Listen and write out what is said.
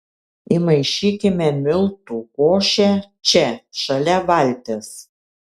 įmaišykime miltų košę čia šalia valties